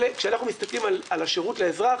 כשאנחנו מסתכלים על שרות לאזרח,